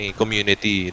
community